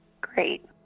Great